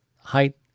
height